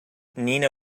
nina